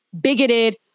bigoted